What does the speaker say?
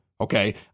Okay